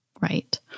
right